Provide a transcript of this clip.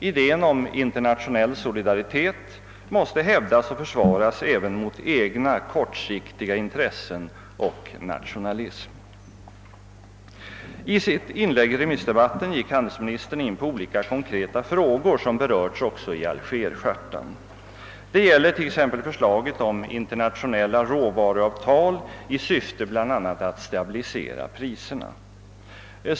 Idén om internationell solidaritet måste hävdas och försvaras även mot egna kortsiktiga intressen och egen nationalism. I sitt inlägg i remissdebatten gick handelsministern in på olika konkreta frågor som berörts också i Alger-chartan. Det gäller t.ex. förslaget om internationella råvaruavtal i syfte bla. att stabilisera priserna.